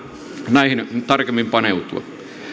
näihin tarkemmin paneutua